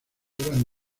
gran